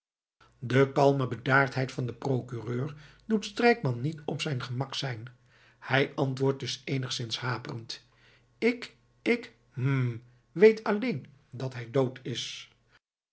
de kalme bedaardheid van den procureur doet strijkman niet op zijn gemak zijn hij antwoordt dus eenigszins haperend ik ik hm weet alleen dat hij dood is